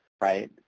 right